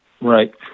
right